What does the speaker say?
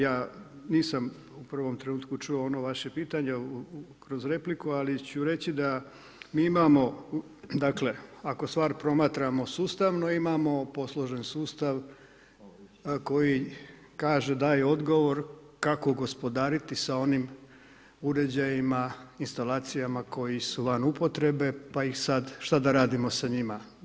Ja nisam u prvom trenutku čuo ono vaše pitanje kroz repliku, ali ću reći da mi imamo dakle ako stvar promatramo sustavno imamo posložen sustav koji kaže, daje odgovor kako gospodariti sa onim uređajima, instalacijama koji su van upotrebe pa ih sada, što da radimo sa njima.